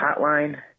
hotline